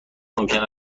ممکن